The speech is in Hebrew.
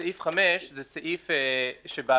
סעיף 5 הוא סעיף שבעבר,